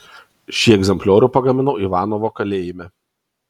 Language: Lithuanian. šį egzempliorių pagaminau ivanovo kalėjime